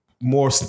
more